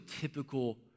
typical